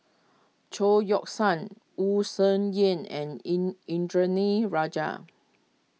Chao Yoke San Wu Tsai Yen and in Indranee Rajah